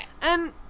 And-